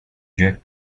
jack